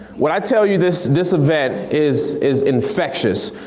when i tell you this this event is is infectious,